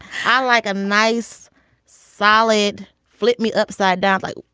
i like a nice solid flip me upside down like.